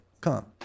Come